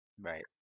Right